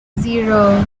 zero